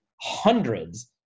hundreds